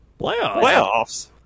playoffs